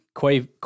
Quay